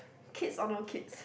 kids or no kids